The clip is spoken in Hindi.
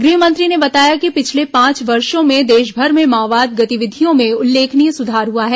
गृह मंत्री ने बताया कि पिछले पांच वर्षो में देशभर में माओवादी गतिविधियों में उल्लेखनीय सुधार हुआ है